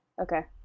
okay